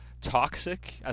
toxic